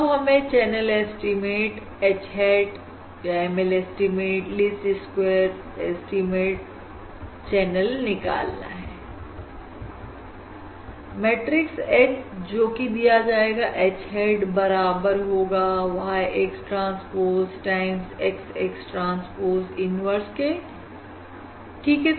अब हमें channel estimate H ha ML estimate least squares estimate channel निकालना है मैट्रिक्स H जोकि दिया जाएगा H hat बराबर होगा Y X transpose times XX transpose inverse ठीक है